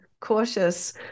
cautious